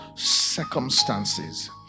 circumstances